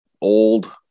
old